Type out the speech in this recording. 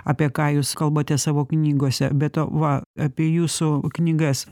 apie ką jūs kalbate savo knygose be to va apie jūsų knygas